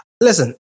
Listen